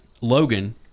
Logan